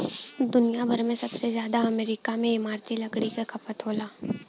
दुनिया भर में सबसे जादा अमेरिका में इमारती लकड़ी क खपत होला